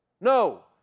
No